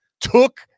took